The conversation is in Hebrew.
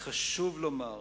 וחשוב לומר